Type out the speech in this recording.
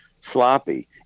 sloppy